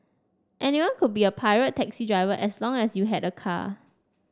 anyone could be a pirate taxi driver as long as you had a car